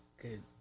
good